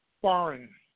foreign